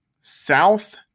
South